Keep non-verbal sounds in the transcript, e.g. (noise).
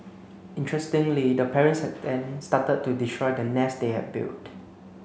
interestingly the parents (unintelligible) then started to destroy the nest they had built